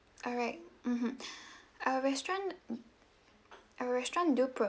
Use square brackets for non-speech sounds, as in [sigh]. alright mmhmm [breath] our restaurant our restaurant do